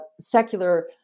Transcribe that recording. secular